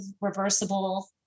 reversible